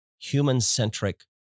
human-centric